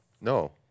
No